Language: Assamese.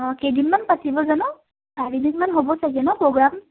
অঁ কেইদিনমান পাতিব জানো চাৰিদিনমান হ'ব চাগে ন প্ৰগ্ৰাম